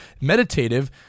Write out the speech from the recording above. meditative